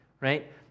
Right